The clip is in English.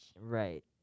Right